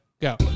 Go